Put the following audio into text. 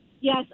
yes